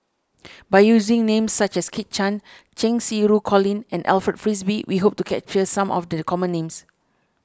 by using names such as Kit Chan Cheng Xinru Colin and Alfred Frisby we hope to capture some of the common names